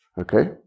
Okay